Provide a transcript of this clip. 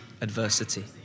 adversity